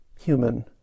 human